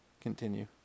continue